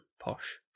posh